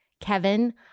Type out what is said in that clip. Kevin